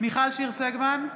מיכל שיר סגמן,